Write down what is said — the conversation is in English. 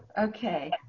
Okay